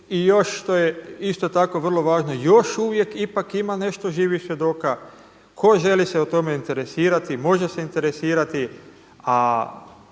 i još što je isto tako vrlo važno još uvijek ipak ima nešto živih svjedoka. Tko se želi o tome interesirati, može se interesirati,